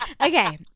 Okay